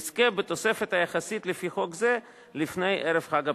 יזכה בתוספת היחסית לפי חוק זה לפני ערב חג הפסח.